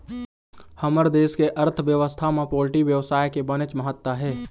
हमर देश के अर्थबेवस्था म पोल्टी बेवसाय के बनेच महत्ता हे